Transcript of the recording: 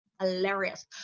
hilarious